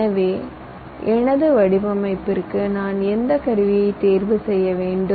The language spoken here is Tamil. எனவே "எனது வடிவமைப்பிற்கு நான் எந்த கருவியை தேர்வு செய்ய வேண்டும்